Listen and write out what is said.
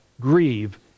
grieve